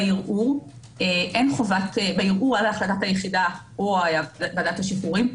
בערעור על ועדת החלטת היחידה או ועדת השחרורים,